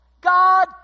God